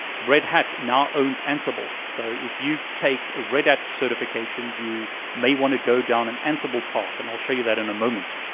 red hat now owns ansible. so if you take a red hat certifications, you may want to go down an ansible path, and i'll show you that in a moment.